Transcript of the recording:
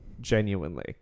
genuinely